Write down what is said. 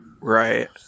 Right